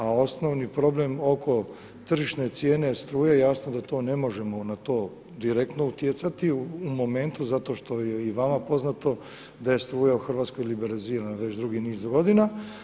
A osnovni problem oko tržišne cijene struje, jasno da to ne možemo na to direktno utjecati u momentu zato što je i vama poznato da je struja u Hrvatskoj liberizirana već dugi niz godina.